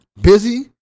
busy